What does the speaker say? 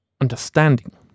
understanding